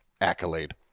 accolade